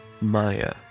Maya